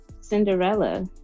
Cinderella